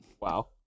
Wow